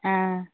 ꯑꯥ